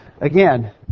again